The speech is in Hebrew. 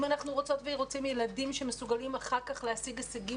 אם אנחנו רוצות ורוצים ילדים שמסוגלים אחר כך להשיג הישגים